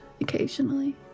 occasionally